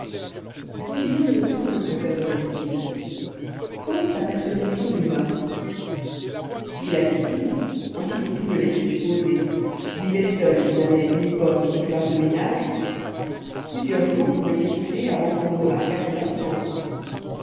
combien de temps le conserverait il quand sapercevrait on du meurtre si la victime ainsi que tout le laissait supposer vivait seule et n'avait ni bonne ni femme de ménage plusieurs jours pouvaient s'écouler avant que l'on remarquât son absence